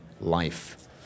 Life